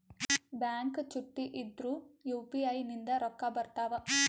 Bank ಚುಟ್ಟಿ ಇದ್ರೂ UPI ನಿಂದ ರೊಕ್ಕ ಬರ್ತಾವಾ?